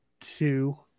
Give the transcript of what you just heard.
two